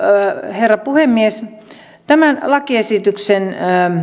herra puhemies tämän lakiesityksen